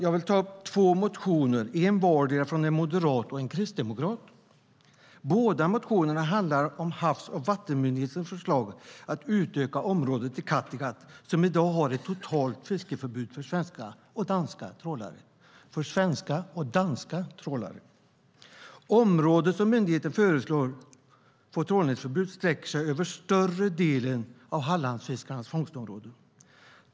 Jag vill ta upp två motioner, en vardera från en moderat och en kristdemokrat. Båda motionerna handlar om Havs och vattenmyndighetens förslag att utöka området i Kattegatt, som i dag har ett totalt fiskeförbud för svenska och danska trålare. Området som myndigheten föreslår ska få trålningsförbud sträcker sig över större delen av Hallandsfiskarnas fångstområde.